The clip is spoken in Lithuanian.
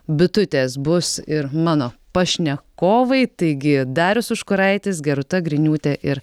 bitutės bus ir mano pašnekovai taigi darius užkuraitis gerūta griniūtė ir